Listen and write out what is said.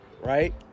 right